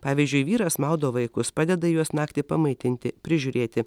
pavyzdžiui vyras maudo vaikus padeda juos naktį pamaitinti prižiūrėti